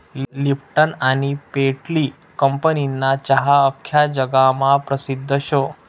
Lipton आनी पेटली कंपनीना चहा आख्खा जगमा परसिद्ध शे